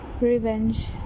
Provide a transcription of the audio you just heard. revenge